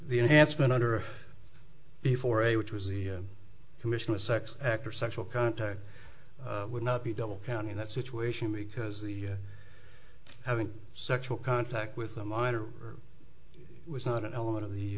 the enhancement under before a which was the commission the sex act or sexual contact would not be double counting that situation because the having sexual contact with a minor was not an element of the